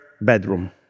bedroom